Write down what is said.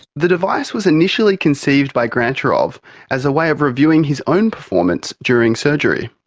the device was initially conceived by grantcharov as a way of reviewing his own performance during surgery.